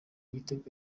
igitego